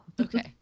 Okay